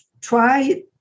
try